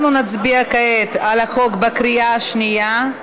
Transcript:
אנחנו נצביע כעת על הצעת החוק בקריאה השנייה.